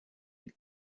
hin